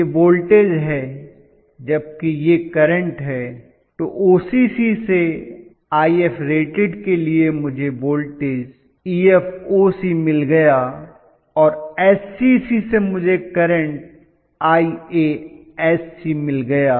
तो यह वोल्टेज है जबकि यह करंट है तो OCC से Ifrated के लिए मुझे वोल्टेज मिल गया और SCC से मुझे करंट मिल गया